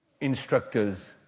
instructors